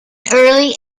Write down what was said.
early